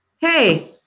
Hey